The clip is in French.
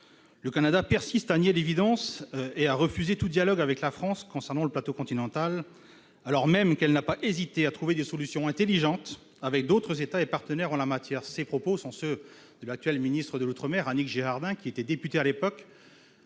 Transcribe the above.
Le Canada persiste à nier l'évidence et à refuser tout dialogue avec la France concernant le plateau continental, alors même qu'« il n'a pas hésité à trouver des solutions intelligentes avec d'autres États et partenaires en la matière », comme le rappelait Annick Girardin, députée à l'époque